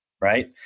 right